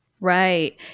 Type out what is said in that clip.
Right